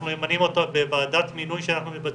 אנחנו ממנים אותה בוועדת מינוי שאנחנו מבצעים,